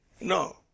No